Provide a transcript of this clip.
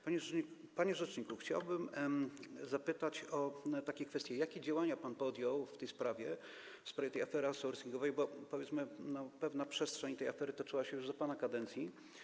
Panie rzeczniku, chciałbym zapytać o takie kwestie: Jakie działania pan podjął w tej sprawie, w sprawie tej afery outsorcingowej, bo, powiedzmy, w pewnym zakresie ta afera toczyła się już za pana kadencji?